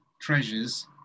treasures